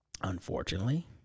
Unfortunately